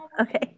Okay